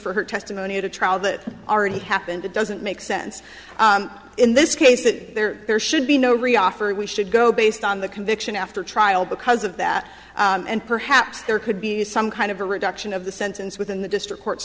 for her testimony at a trial that already happened it doesn't make sense in this case that there there should be no reoffend we should go based on the conviction after trial because of that and perhaps there could be some kind of a reduction of the sentence within the district court